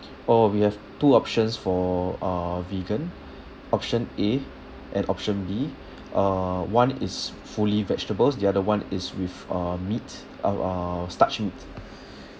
oh we have two options for uh vegan option A and option B uh one is fully vegetables the other [one] is with uh meat uh uh starch meat